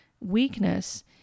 weakness